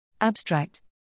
Abstract